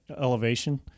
elevation